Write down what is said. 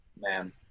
man